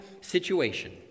situation